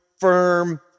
firm